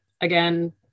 Again